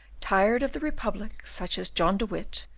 tired of the republic such as john de witt,